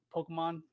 Pokemon